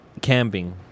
Camping